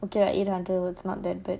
okay lah eight hundred was not that bad